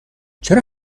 چرا